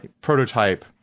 prototype